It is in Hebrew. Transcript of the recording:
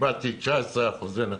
קיבלתי 19% נכות.